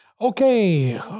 okay